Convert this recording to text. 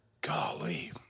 golly